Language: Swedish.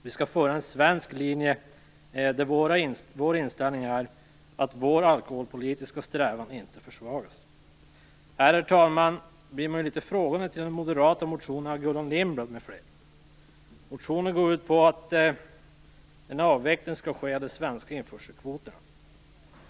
Vi skall föra en svensk linje där vår inställning är att vår alkoholpolitiska strävan inte skall försvagas. Jag står, herr talman, litet frågande inför den moderata motionen från Gullan Lindblad m.fl. Motionen går ut på att en avveckling skall ske av de svenska införselkvoterna.